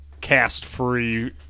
cast-free